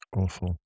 awful